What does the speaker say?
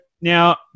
Now